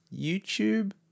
YouTube